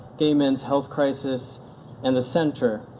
gay men's health crisis and the center,